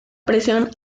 presión